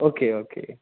okay okay